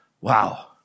Wow